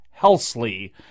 Helsley